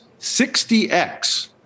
60x